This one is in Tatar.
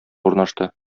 урнашты